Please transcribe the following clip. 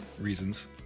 reasons